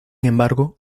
embargo